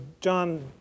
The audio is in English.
John